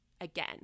again